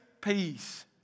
peace